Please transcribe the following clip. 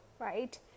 right